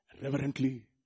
reverently